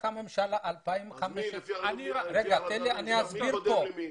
מי קודם למי,